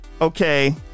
Okay